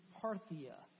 Parthia